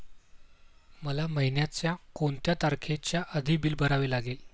मला महिन्याचा कोणत्या तारखेच्या आधी बिल भरावे लागेल?